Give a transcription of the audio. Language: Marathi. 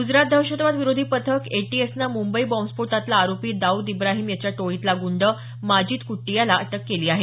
ग्जरात दहशतवाद विरोधी पथक एटीएसनं मुंबई बॉम्बस्फोटातला आरोपी दाऊद इब्राहिम याच्या टोळीतला गुंड माजीद कुट्टी याला अटक केली आहे